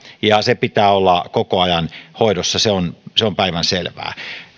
ja sen pitää olla koko ajan hoidossa se on se on päivänselvää